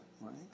right